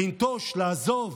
לנטוש, לעזוב